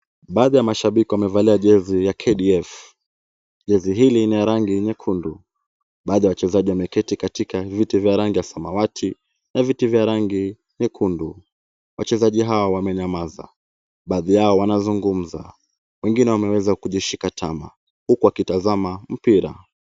Baadhi ya mashabiki wamevalia jezi ya KDF, jezi hili lina rangi nyekundu, baadhi ya wachezaji wameketi katika viti vya rangi ya samawati, na vile vya rangi nyekundu, wachezaji hao wamenya maza. Baadhi yao wanazungumza, wengine wameweza kujishika tama, huku wakitazama mpira.